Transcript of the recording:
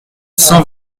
cent